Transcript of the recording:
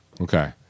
Okay